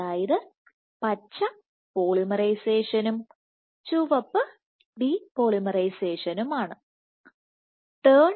അതായത് പച്ച പോളിമറൈസേഷനും ചുവപ്പ് ഡിപോളിമറൈസേഷനുമാണ് Depolymerization